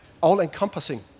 all-encompassing